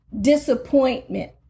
disappointment